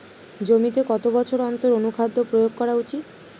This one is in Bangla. জমিতে কত বছর অন্তর অনুখাদ্য প্রয়োগ করা উচিৎ?